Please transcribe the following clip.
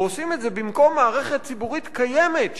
ועושים את זה במקום מערכת ציבורית קיימת,